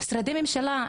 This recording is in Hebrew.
משרדי הממשלה,